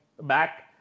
back